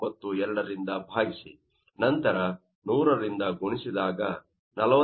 0492 ರಿಂದ ಭಾಗಿಸಿ ನಂತರ 100 ರಿಂದ ಗುಣಿಸಿದಾಗ 48